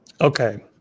Okay